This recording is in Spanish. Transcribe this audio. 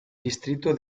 distrito